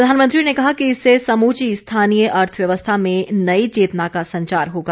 प्रधानमंत्री ने कहा कि इससे समूची स्थानीय अर्थव्यवस्था में नई चेतना का संचार होगा